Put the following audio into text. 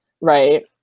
right